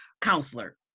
counselor